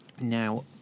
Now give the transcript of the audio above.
Now